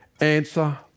answer